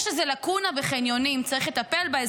יש איזה לקונה בחניונים, צריך לטפל בה.